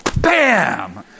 bam